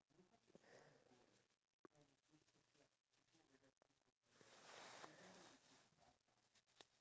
and then I'm going to use my phone right instead to vlog with my um selfie stick